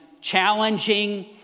challenging